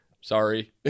sorry